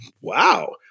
wow